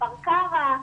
בכפר קרע,